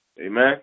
Amen